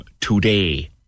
today